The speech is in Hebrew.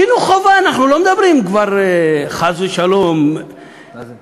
חינוך חובה, אנחנו לא מדברים כבר חס ושלום אקדמיה,